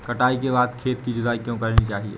कटाई के बाद खेत की जुताई क्यो करनी चाहिए?